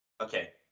Okay